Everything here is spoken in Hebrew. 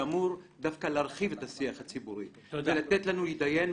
שאמור דווקא להרחיב את השיח הציבורי ולתת לנו להתדיין,